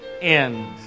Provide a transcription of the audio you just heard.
end